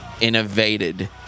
innovated